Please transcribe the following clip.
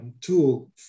tool